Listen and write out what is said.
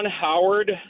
Howard